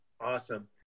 Awesome